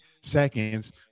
seconds